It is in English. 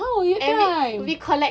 ah eh how were your drive